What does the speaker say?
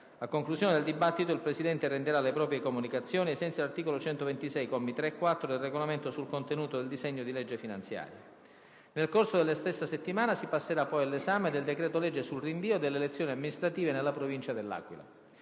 A conclusione del dibattito il Presidente renderà le proprie comunicazioni ai sensi dell'articolo 126, commi 3 e 4, del Regolamento sul contenuto del disegno di legge finanziaria. Nel corso della stessa settimana si passerà poi all'esame del decreto-legge sul rinvio delle elezioni amministrative nella Provincia di L'Aquila.